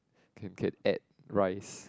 can can add rice